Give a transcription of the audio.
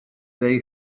they